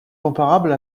comparable